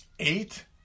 Eight